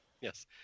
Yes